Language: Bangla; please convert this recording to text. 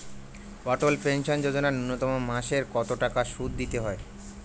অটল পেনশন যোজনা ন্যূনতম মাসে কত টাকা সুধ দিতে হয়?